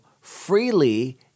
freely